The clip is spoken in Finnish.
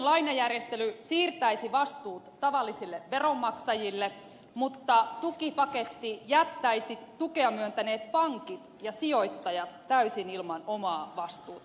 hallituksen lainajärjestely siirtäisi vastuut tavallisille veronmaksajille mutta tukipaketti jättäisi tukea myöntäneet pankit ja sijoittajat täysin ilman omaa vastuuta